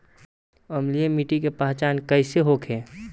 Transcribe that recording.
अम्लीय मिट्टी के पहचान कइसे होखे?